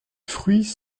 fruits